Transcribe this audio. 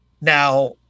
Now